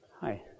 Hi